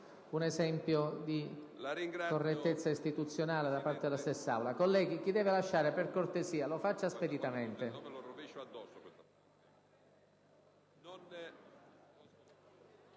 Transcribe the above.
un esempio di correttezza istituzionale da parte dell'Assemblea. Colleghi, chi deve lasciare l'Aula, per cortesia lo faccia speditamente.